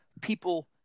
people –